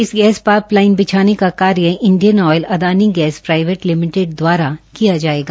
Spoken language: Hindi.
इस गैस पाईप लाईन बिछाने का कार्य Indian oil Adani gas private limited दवारा किया जायेगा